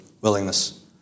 willingness